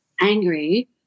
angry